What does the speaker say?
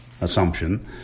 assumption